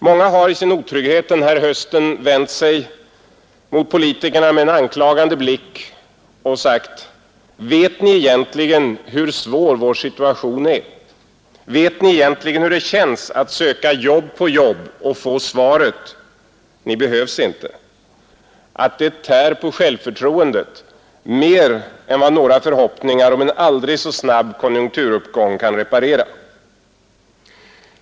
Många har i sin otrygghet den här hösten vänt sig mot politikerna med en anklagande blick och frågat: Vet Ni egentligen hur svår vår situation är? Vet Ni egentligen hur det känns att söka jobb på jobb och få svaret: Ni behövs inte. Att det tär på självförtroendet mer än vad några förhoppningar om en aldrig så snabb konjunkturuppgång kan reparera?